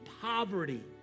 poverty